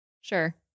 Sure